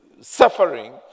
suffering